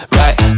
right